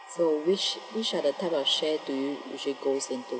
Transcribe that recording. so which which are the type of shares do you usually goes into